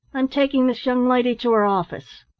i'm taking this young lady to her office.